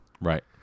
Right